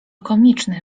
komiczne